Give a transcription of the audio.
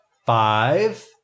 five